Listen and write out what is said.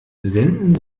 senden